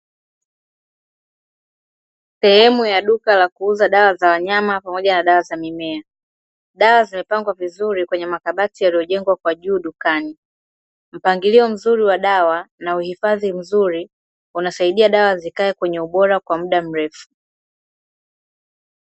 Sehemu ya duka la kuuza dawa za wanyama pamoja na dawa za mimea. Dawa zimepangwa vizuri kwenye makabati yaliyojengwa kwa juu dukani. Mpangilio mzuri wa dawa na uhifadhi mzuri, unasaidia dawa zikae kwenye ubora kwa muda mrefu.